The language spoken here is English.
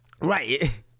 right